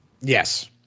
Yes